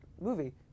movie